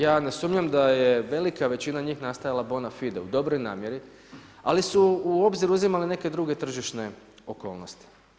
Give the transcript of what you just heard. Ja ne sumnjam da je velika većina njih nastajala bona fidl, u dobroj namjeri, ali su u obzir uzimali neke druge tržišne okolnosti.